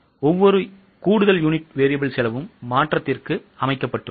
எனவே ஒவ்வொரு கூடுதல் யூனிட் variable செலவும் மாற்றத்திற்கு அமைக்கப்பட்டுள்ளது